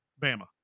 Bama